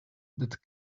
that